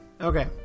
okay